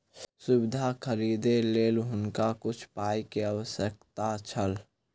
सुविधा खरीदैक लेल हुनका किछ पाई के आवश्यकता छल